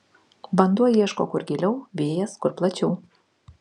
vanduo ieško kur giliau vėjas kur plačiau